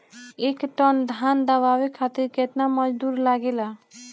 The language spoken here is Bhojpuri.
एक टन धान दवावे खातीर केतना मजदुर लागेला?